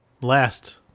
Last